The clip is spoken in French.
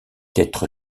être